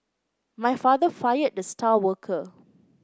my father fired the star worker